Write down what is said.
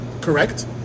correct